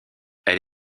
elle